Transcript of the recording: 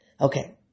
Okay